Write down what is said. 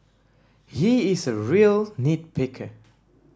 he is a real nit picker